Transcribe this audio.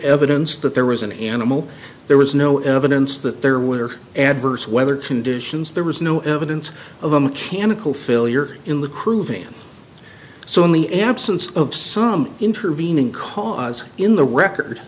evidence that there was an animal there was no evidence that there were adverse weather conditions there was no evidence of a mechanical failure in the crew van so in the absence of some intervening cause in the record